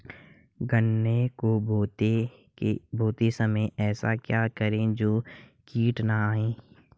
गन्ने को बोते समय ऐसा क्या करें जो कीट न आयें?